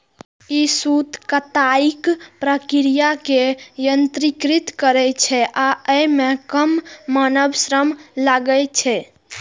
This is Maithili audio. ई सूत कताइक प्रक्रिया कें यत्रीकृत करै छै आ अय मे कम मानव श्रम लागै छै